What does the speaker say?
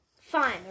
Fine